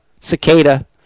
cicada